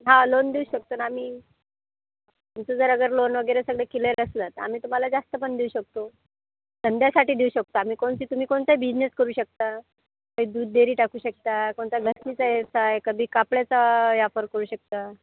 हा लोन देऊ शकतो ना आम्ही तुमचं जरा जर लोन वगैरे सगळं क्लियर असलं तर आम्ही तुम्हाला जास्त पण देऊ शकतो धंद्यासाठी देऊ शकतो आम्ही कोणची तुम्ही कोणता बिझनेस करू शकता क दूध डेयरी टाकू शकता कोणता व्यवसाय कधी कापडाचा व्यापार करू शकता